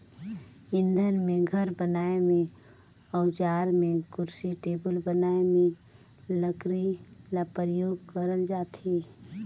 इंधन में, घर बनाए में, अउजार में, कुरसी टेबुल बनाए में लकरी ल परियोग करल जाथे